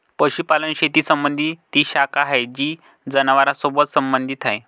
पशुपालन शेती संबंधी ती शाखा आहे जी जनावरांसोबत संबंधित आहे